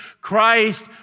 Christ